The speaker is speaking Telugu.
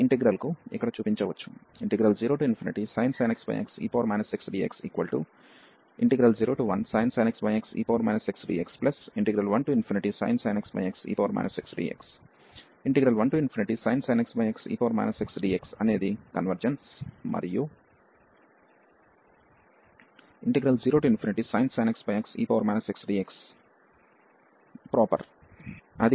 0sin x xe x dx01sin x xe x dx1sin x xe x dx 1sin x xe x dx అనేది కన్వర్జెన్స్ మరియు 0sin x xe x dxప్రాపర్ ఇంటిగ్రల్ గా ఉంటుంది